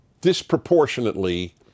disproportionately